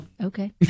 Okay